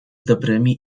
dobrymi